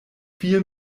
viel